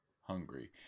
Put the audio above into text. hungry